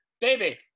baby